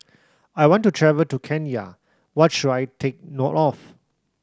I want to travel to Kenya what should I take note of